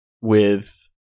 with-